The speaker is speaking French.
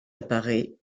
apparait